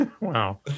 Wow